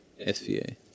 SVA